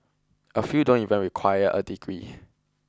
a few don't even require a degree